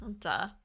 Duh